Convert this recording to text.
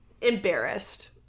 Embarrassed